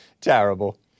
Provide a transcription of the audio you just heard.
Terrible